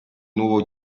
nuovo